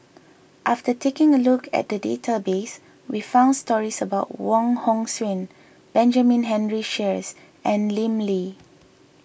after taking a look at the database we found stories about Wong Hong Suen Benjamin Henry Sheares and Lim Lee